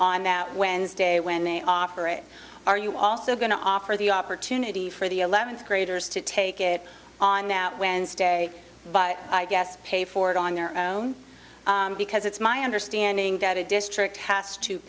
that wednesday when they offer it are you also going to offer the opportunity for the eleventh graders to take it on now wednesday but i guess pay for it on their own because it's my understanding that a district has to